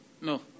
No